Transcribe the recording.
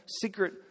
secret